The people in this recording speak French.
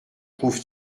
trouve